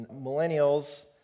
Millennials